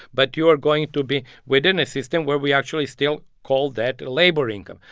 but you are going to be within a system where we actually still call that labor income.